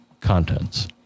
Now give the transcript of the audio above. Contents